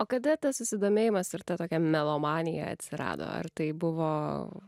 o kada tas susidomėjimas ir ta tokia melomanija atsirado ar tai buvo